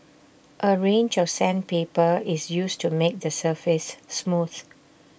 A range of sandpaper is used to make the surface smooth